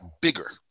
bigger